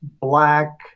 black